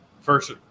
First